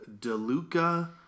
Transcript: DeLuca